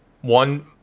One